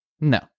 no